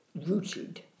rooted